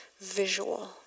visual